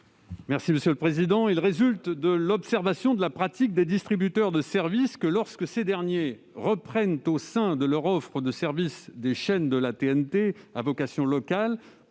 est à M. le rapporteur. Il résulte de l'observation de la pratique des distributeurs que, lorsque ces derniers reprennent au sein de leur offre de services des chaînes de la TNT à vocation locale